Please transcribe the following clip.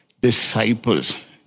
disciples